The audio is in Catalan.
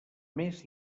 més